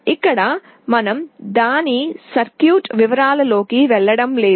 ఇక్కడ మనం దాని సర్క్యూట్ వివరాల లోకి వెళ్ళడం లేదు